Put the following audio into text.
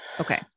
Okay